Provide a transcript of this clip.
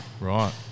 Right